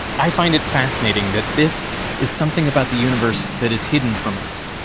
i find it fascinating that this is something about the universe that is hidden from us.